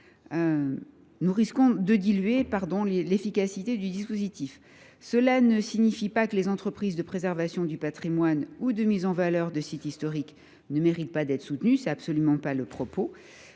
nous risquons de diluer l’efficacité du dispositif. Cela ne signifie pas que les entreprises de préservation du patrimoine ou de mise en valeur de sites historiques ne méritent pas d’être soutenues. Tel n’est pas mon propos